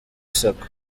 sacco